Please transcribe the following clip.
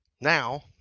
now